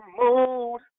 mood